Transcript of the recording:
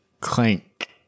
clank